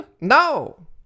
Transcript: No